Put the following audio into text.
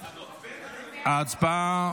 ההצבעה.